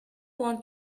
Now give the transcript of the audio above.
want